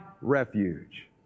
refuge